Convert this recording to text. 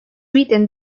written